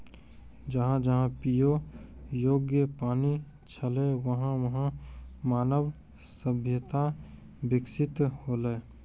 जहां जहां पियै योग्य पानी छलै वहां वहां मानव सभ्यता बिकसित हौलै